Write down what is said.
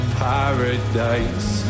paradise